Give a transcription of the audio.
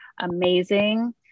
amazing